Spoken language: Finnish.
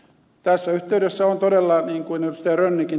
tässä yhteydessä on todella niin kuin ed